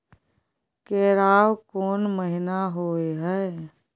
केराव कोन महीना होय हय?